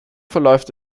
verläuft